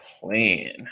plan